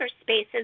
spaces